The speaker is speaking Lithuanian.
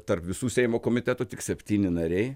tarp visų seimo komitetų tik septyni nariai